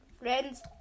Friends